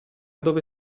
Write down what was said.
dove